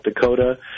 Dakota